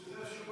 שזה השיעור